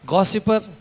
Gossiper